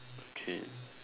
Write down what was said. okay